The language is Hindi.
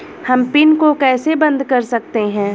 हम पिन को कैसे बंद कर सकते हैं?